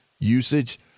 usage